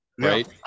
Right